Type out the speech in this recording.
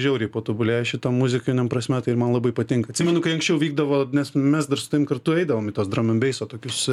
žiauriai patobulėjo šitam muzikiniam prasme tai ir man labai patinka atsimenu kai anksčiau vykdavo nes mes dar su tavim kartu eidavome į tuos dramanbeiso tokius